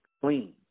Clean